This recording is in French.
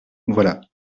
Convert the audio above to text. voilà